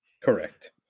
Correct